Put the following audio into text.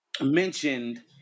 mentioned